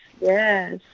Yes